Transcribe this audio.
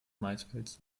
maisfeldes